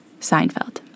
Seinfeld